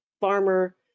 farmer